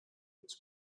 its